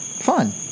Fun